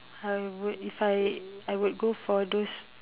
I would if I I would go for those